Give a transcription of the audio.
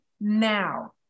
now